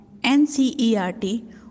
NCERT